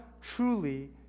truly